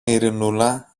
ειρηνούλα